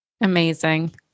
Amazing